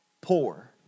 poor